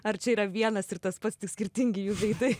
ar čia yra vienas ir tas pats tik skirtingi jų veidai